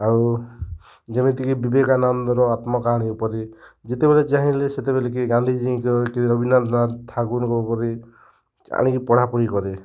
ଆଉ ଯେମିତିକି ବିବେକାନନ୍ଦର ଆତ୍ମକାହାଣୀ ପରି ଯେତେବେଳେ ଚାହିଁଲେ ସେତେବେଳେକି ଗାନ୍ଧିଜୀଙ୍କ କି ରବୀନ୍ଦ୍ରନାଥ ଠାକୁରଙ୍କ ବହି ଆଣିକି ପଢ଼ାପଢ଼ି କରେ